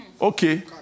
okay